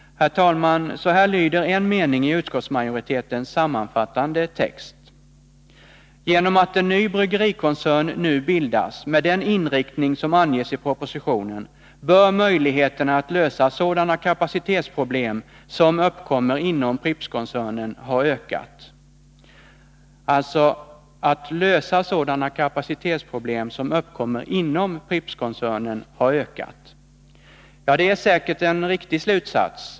Herr talman! Så här lyder en mening i utskottsmajoritetens sammanfattande text: ”Genom att en ny bryggerikoncern nu bildas, med den inriktning som anges i propositionen, bör möjligheterna att lösa sådana kapacitetsproblem som uppkommer inom Prippskoncernen ha ökat.” Ja, det är säkert en riktig slutsats.